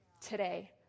today